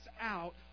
out